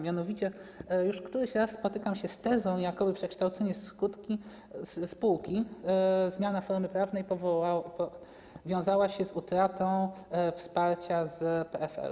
Mianowicie już któryś raz spotykam się z tezą, jakoby przekształcenie spółki, zmiana formy prawnej wiązała się z utratą wsparcia z PFR.